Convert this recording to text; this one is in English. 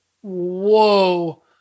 Whoa